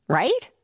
right